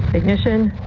ignition,